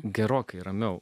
gerokai ramiau